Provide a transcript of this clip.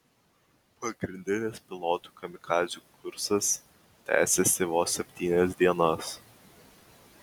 pagrindinis pilotų kamikadzių kursas tęsėsi vos septynias dienas